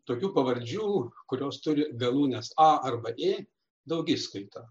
tokių pavardžių kurios turi galūnes a arab ė daugiskaitą